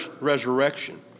resurrection